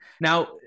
Now